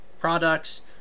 products